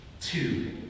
Two